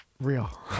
Real